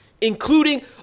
including